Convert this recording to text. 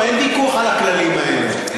אין ויכוח על הכללים האלה.